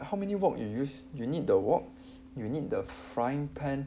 how many wok you use you need the wok you need the frying pan